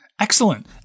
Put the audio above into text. Excellent